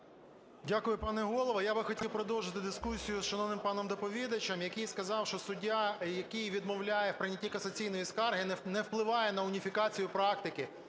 Дякую, пане Голово. Я би хотів продовжити дискусію з шановним паном доповідачем, який сказав, що суддя, який відмовляє в прийнятті касаційної скарги, не впливає на уніфікацію практики.